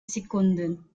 sekunden